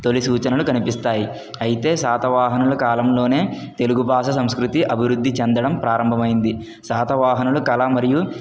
తొలి సూచనలు కనిపిస్తాయి అయితే శాతవాహనులు కాలంలోనే తెలుగు భాష సంస్కృతి అభివృద్ధి చెందడం ప్రారభమయ్యింది శాతవాహనులు కళ మరియు